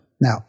Now